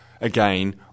again